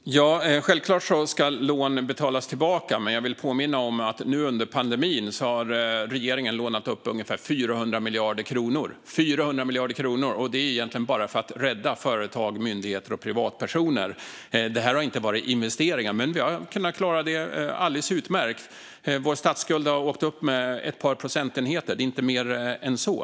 Fru talman! Självklart ska lån betalas tillbaka. Men jag vill påminna om att regeringen nu under pandemin har lånat upp ungefär 400 miljarder kronor, egentligen bara för att rädda företag, myndigheter och privatpersoner. Det har inte varit investeringar, men vi har klarat det alldeles utmärkt. Vår statsskuld har åkt upp med ett par procentenheter. Det är inte mer än så.